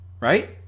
right